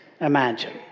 imagine